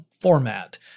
format